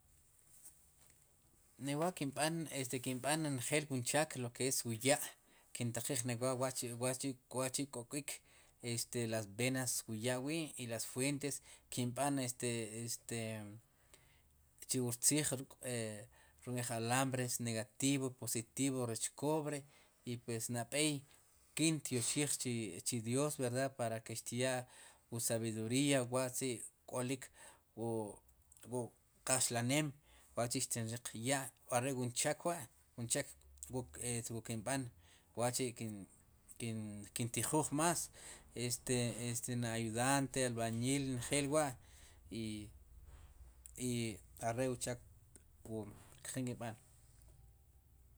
Ri wa este kinb'an njel ri chaak lo ke es qu ya' kintaqiij ne wa, wa'chi wa'chi' ko'kwik las venas wu ya' wi' y las fuentes kinb'an este chu wue tziij ruk' nk'ej alambre negativo, positivo rech kobre i pues nab'ey kintioxij chi dios verdad para ke xtyaa wu sab'iduría wa'chi' k'olik wu, wu qaxla'neem wachi' xtin riq ya' are' wun chek wa' wun chek wu kinb'an wachi' kintijuj más este, este inayudante albañil njel wa'i, i are' wu chaak tjin kin b'an.